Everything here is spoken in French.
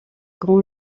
grand